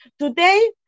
Today